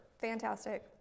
Fantastic